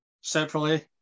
separately